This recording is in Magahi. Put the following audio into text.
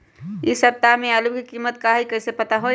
इ सप्ताह में आलू के कीमत का है कईसे पता होई?